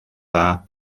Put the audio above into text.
dda